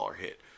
hit